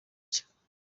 cye